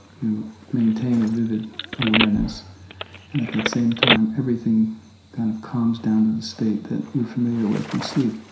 you maintain a vivid awareness, and at that same time, everything kind of calms down to the state that you're familiar with in sleep.